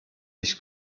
nicht